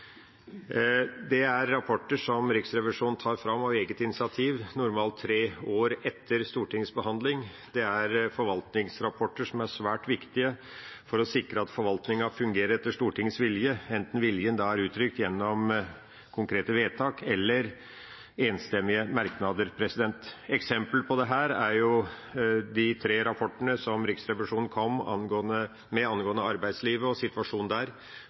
Det er rapporter som Riksrevisjonen tar fram på eget initiativ, normalt tre år etter Stortingets behandling. Det er forvaltningsrapporter som er svært viktige for å sikre at forvaltningen fungerer etter Stortingets vilje, enten viljen er uttrykt gjennom konkrete vedtak eller enstemmige merknader. Et eksempel på dette er de tre rapportene som Riksrevisjonen kom med angående arbeidslivet og situasjonen der,